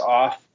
off